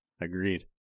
agreed